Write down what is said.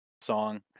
song